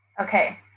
Okay